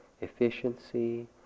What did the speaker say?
efficiency